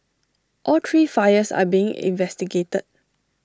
all three fires are being investigated